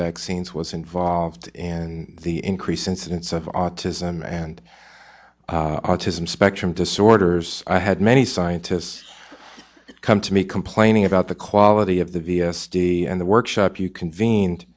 vaccines was involved in the increase incidence of autism and autism spectrum disorders i had many scientists come to me complaining about the quality of the v s d and the workshop you conven